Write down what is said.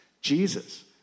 Jesus